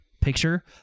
picture